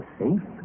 safe